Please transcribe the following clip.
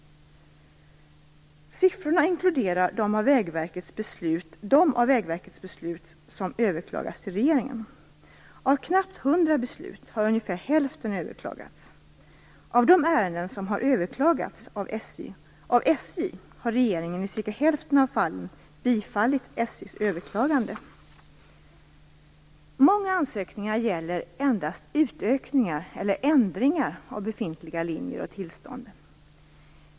Siffrorna inkluderar de av Vägverkets beslut som överklagats till regeringen. Av knappt hundra beslut har ungefär hälften överklagats. Av de ärenden som har överklagats av SJ har regeringen i cirka hälften av fallen bifallit SJ:s överklagande. Många ansökningar gäller endast utökningar eller ändringar av befintliga linjer och tillstånd.